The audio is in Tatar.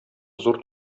зур